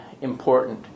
important